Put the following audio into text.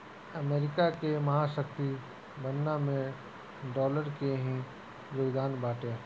America के महाशक्ति बनला में डॉलर के ही योगदान बाटे